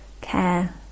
care